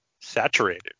saturated